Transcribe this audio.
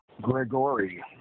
Gregory